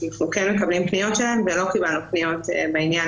אנחנו כן מקבלים פניות שלהם ולא קיבלנו פניות בעניין